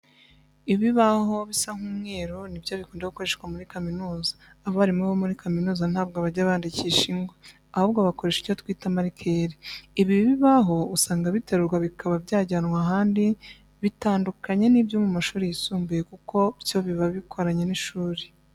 Ibibaho bisa nk'umweru ni byo bikunda gukoreshwa muri kaminuza. Abarimu bo muri kaminuza ntabwo bajya bandikisha ingwa, ahubwo bakoresha icyo twita marikeri. Ibi bibaho usanga biterurwa bikaba byajyanwa ahandi, bitandukanye n'ibyo mu mashuri yisumbuye kuko byo biba bikoranye n'ishuri.